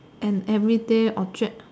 an everyday object